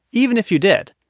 even if you did,